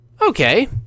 Okay